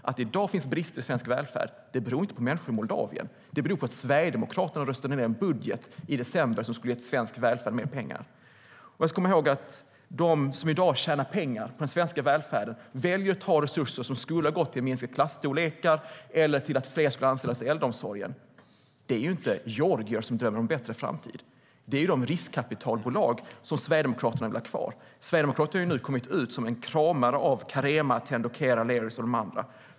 Att det i dag finns brister i svensk välfärd beror inte på människor i Moldavien. Det beror på att Sverigedemokraterna i december röstade ned en budget som skulle ha gett svensk välfärd mer pengar. De som i dag tjänar pengar på den svenska välfärden, de som väljer att ta resurser som skulle ha gått till att minska klasstorlekar eller till att anställa fler i äldreomsorgen, är inte georgier som drömmer om en bättre framtid. De är de riskkapitalbolag som Sverigedemokraterna vill ha kvar. Sverigedemokraterna har ju nu kommit ut som kramare av Carema, Attendo, Aleris och de andra.